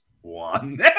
one